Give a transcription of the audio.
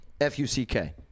F-U-C-K